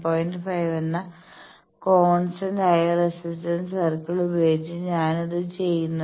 5 എന്ന കോൺസ്റ്റന്റായ resistance circle ഉപയോഗിച്ച് ഞാൻ ഇത് ചെയ്യുന്നത്